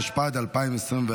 התשפ"ד 2024,